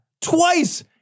Twice